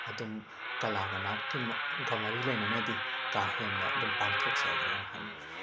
ꯑꯗꯨꯝ ꯀꯂꯥꯒ ꯅꯥꯠꯀꯤ ꯃ ꯒ ꯃꯔꯤ ꯂꯩꯅꯅꯗꯤ ꯀꯥ ꯍꯦꯟꯅ ꯑꯗꯨꯝ ꯄꯥꯡꯈꯣꯛꯆꯗ꯭ꯔꯦꯅ ꯍꯥꯏꯅꯤꯡꯏ